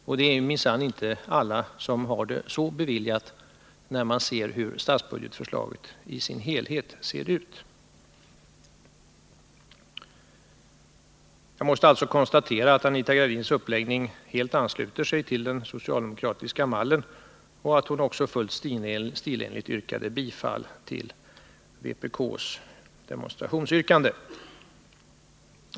Och det är minsann inte alla som har det så beviljat — det finner man om man ser på statsbudgetförslaget i dess helhet. Jag måste alltså konstatera att Anita Gradins uppläggning helt ansluter sig till den socialdemokratiska mallen och att hon också fullt stilenligt yrkade bifall till vpk:s demonstrationsyrkande.